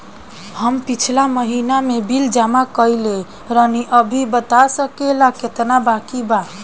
हम पिछला महीना में बिल जमा कइले रनि अभी बता सकेला केतना बाकि बा?